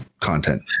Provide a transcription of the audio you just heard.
content